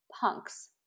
Punks